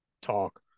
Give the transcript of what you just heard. talk